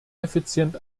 effizient